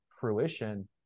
fruition